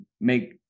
make